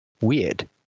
weird